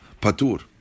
patur